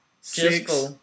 six